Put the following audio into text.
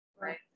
Right